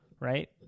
Right